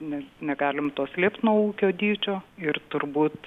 nes negalim to slėpti nuo ūkio dydžio ir turbūt